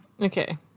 Okay